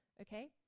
Okay